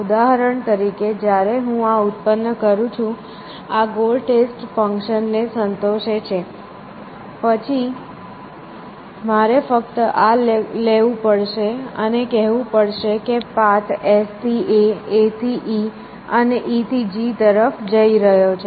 ઉદાહરણ તરીકે જ્યારે હું આ ઉત્પન્ન કરું છું આ ગોલ ટેસ્ટ ફંક્શન ને સંતોષે છે તો પછી મારે ફક્ત આ લેવું પડશે અને કહેવું પડશે કે પાથ S થી A A થી E અને E થી G તરફ જઇ રહ્યો છે